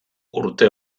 urte